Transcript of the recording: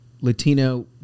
Latino